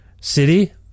city